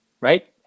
right